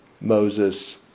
Moses